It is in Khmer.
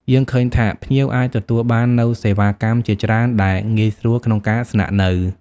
យើងឃើញថាភ្ញៀវអាចទទួលបាននូវសេវាកម្មជាច្រើនដែលងាយស្រួលក្នុងការស្នាក់នៅ។